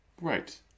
right